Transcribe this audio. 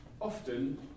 often